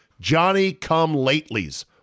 Johnny-come-latelys